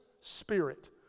Spirit